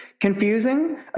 Confusing